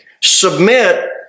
submit